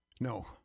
No